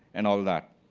and all that.